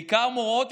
בעיקר מורות,